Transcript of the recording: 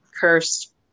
cursed